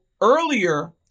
earlier